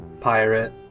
pirate